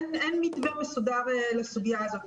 אין מתווה מסודר לסוגיה הזאת.